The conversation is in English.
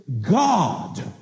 God